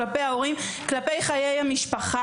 כלפינו כהורים וכלפי חיי המשפחה,